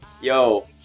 yo